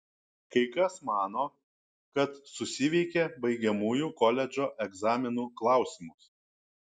kai kas mano kad susiveikė baigiamųjų koledžo egzaminų klausimus